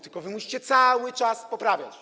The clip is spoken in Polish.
Tylko wy musicie cały czas poprawiać.